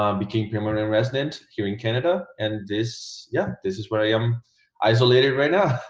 um became permanent resident here in canada, and this yeah this is where i'm isolated right now.